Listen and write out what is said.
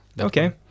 Okay